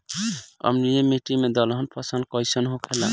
अम्लीय मिट्टी मे दलहन फसल कइसन होखेला?